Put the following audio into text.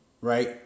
right